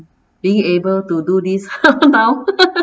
being able to do this now